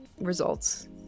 results